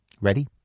Ready